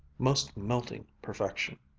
most melting perfection,